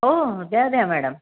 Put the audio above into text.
हो हो द्या द्या मॅडम